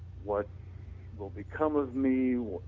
what will become of me,